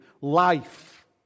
life